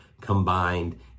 combined